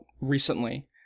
recently